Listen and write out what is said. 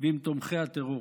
ועם תומכי הטרור?